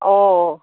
অঁ